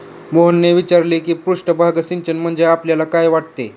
मोहनने विचारले की पृष्ठभाग सिंचन म्हणजे आपल्याला काय वाटते?